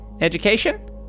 education